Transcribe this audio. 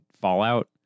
Fallout